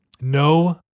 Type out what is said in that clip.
No